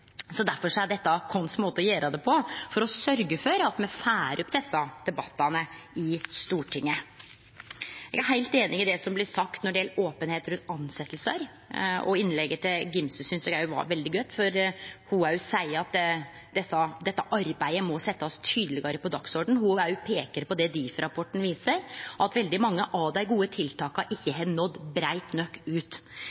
er dette vår måte å gjere det på, for å sørgje for at me får opp desse debattane i Stortinget. Eg er heilt einig i det som blei sagt om openheit rundt tilsetjingar. Eg synest òg at innlegget til representanten Angell Gimse var veldig godt. Ho òg seier at dette arbeidet må bli sett tydelegare på dagsordenen. Ho òg peikar på det Difi-rapporten viser, at veldig mange av dei gode tiltaka ikkje